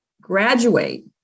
graduate